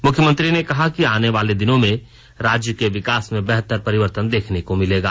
मुख्यमंत्री ने कहा कि आने वाले दिनों में राज्य के विंकास में बेहतर परिवर्तन देखने को मिलेगा